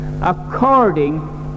according